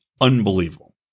Unbelievable